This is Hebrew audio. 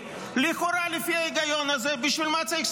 חנוך דב מלביצקי (הליכוד): אולי כדאי לקרוא לפני שמתנגדים